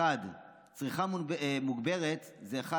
צריכה מוגברת זה,